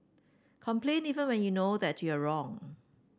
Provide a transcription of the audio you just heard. complain even when you know that you are wrong